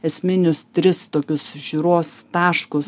esminius tris tokius žiūros taškus